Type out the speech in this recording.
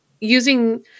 using